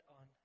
on